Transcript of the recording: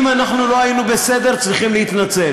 אם אנחנו לא היינו בסדר, צריכים להתנצל.